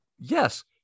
Yes